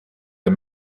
der